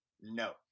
No